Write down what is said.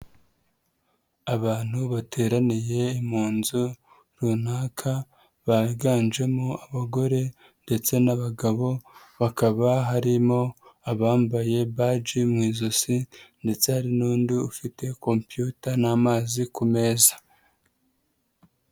Abantu bateraniye mu nzu runaka, biganjemo abagore ndetse n'abagabo, bakaba harimo abambaye baji mu ijosi ndetse hari n'undi ufite kompiyuta n'amazi ku meza.